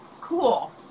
cool